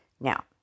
Now